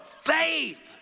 faith